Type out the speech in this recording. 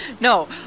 No